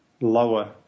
lower